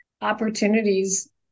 opportunities